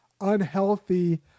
unhealthy